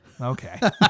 Okay